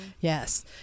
Yes